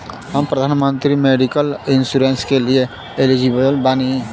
हम प्रधानमंत्री medical insurance के लिए एलिजिबल बानी?